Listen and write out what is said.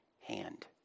hand